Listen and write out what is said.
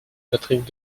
patrick